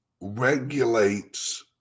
regulates